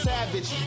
Savage